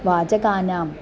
वाचकानाम्